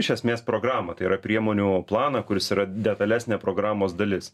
iš esmės programą tai yra priemonių planą kuris yra detalesnė programos dalis